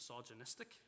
misogynistic